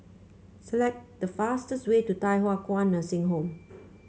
select the fastest way to Thye Hua Kwan Nursing Home